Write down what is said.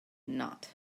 not